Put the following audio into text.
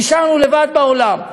נשארנו לבד בעולם.